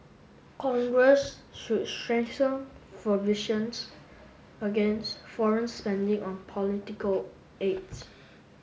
congress should strengthen against foreign spending on political ads